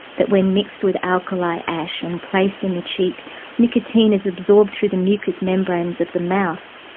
that when mixed with alkali ash and placed in the cheek nicotine is absorbed through the mucous membranes of the mouth,